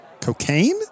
Cocaine